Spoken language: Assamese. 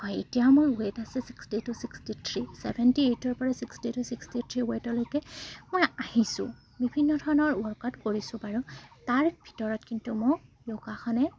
হয় এতিয়া মোৰ ৱেট আছে sixty two sixty three seventy এইটৰপৰা ছিক্সটি টু ছিক্সটি থ্ৰী ৱেটলৈকে মই আহিছোঁ বিভিন্ন ধৰণৰ ৱৰ্কআউট কৰিছোঁ বাৰু তাৰ ভিতৰত কিন্তু মোক যোগাসনে